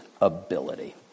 ability